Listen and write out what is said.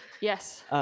Yes